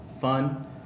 fun